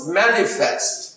manifest